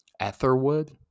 Etherwood